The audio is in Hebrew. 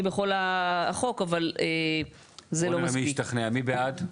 הצבעה בעד,